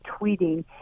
tweeting